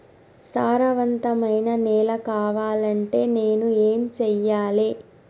సారవంతమైన నేల కావాలంటే నేను ఏం చెయ్యాలే?